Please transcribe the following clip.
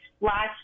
last